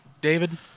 David